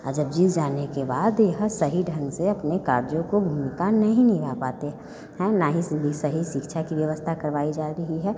और जब जीत जाने के बाद यह सही ढ़ंग से अपने कार्य को भूमिका नहीं निभा पाते और न ही सीधी सही शिक्षा की व्यवस्था करवाई जा रही है